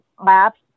Maps